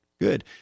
good